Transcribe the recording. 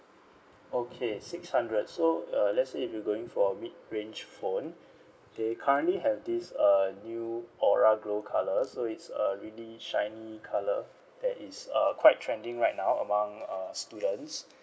okay six hundred so uh let's say if you going for mid range phone they currently have this uh new aura glow colour so it's a really shiny colour that is uh quite trending right now among uh students